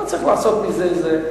לא צריך לעשות מזה איזה,